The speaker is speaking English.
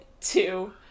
two